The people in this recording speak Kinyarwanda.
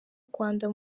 rwanda